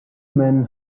men